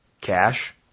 Cash